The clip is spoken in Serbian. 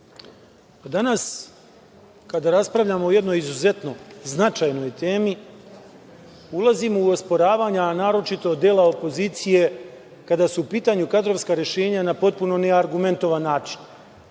kada raspravljamo o jednoj izuzetnoj značajnoj temi ulazimo u osporavanja a naročito dela opozicije kada su u pitanju kadrovska rešenja na potpuno ne argumentovan način. Ovde